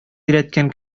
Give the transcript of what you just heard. өйрәткән